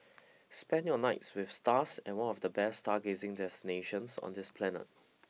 spend your nights with stars at one of the best stargazing destinations on this planet